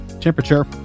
temperature